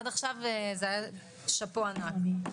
עד עכשיו, זה היה שאפו ענק.